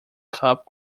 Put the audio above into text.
cup